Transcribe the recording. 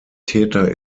täter